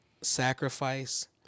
sacrifice